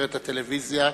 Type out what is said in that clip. ולתפארת הטלוויזיה.